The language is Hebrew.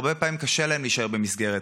הרבה פעמים קשה להם להישאר במסגרת.